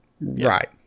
Right